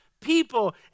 people